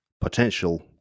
potential